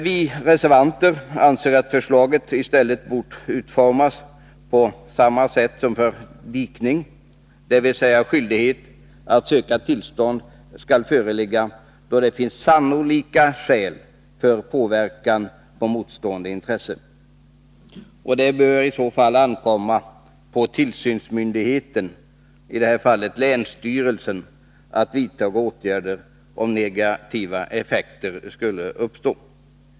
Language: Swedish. Vi reservanter anser att förslaget i stället bort utformas på samma sätt som för dikning, dvs. att skyldighet att söka tillstånd skall föreligga då det finns sannolika skäl för påverkan på motstående intresse. Det bör ankomma på tillsynsmyndigheten, i det här fallet länsstyrelsen, att vidta åtgärder om negativa effekter skulle uppstå.